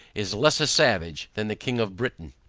is less a savage than the king of britain.